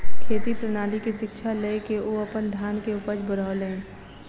खेती प्रणाली के शिक्षा लय के ओ अपन धान के उपज बढ़ौलैन